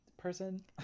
person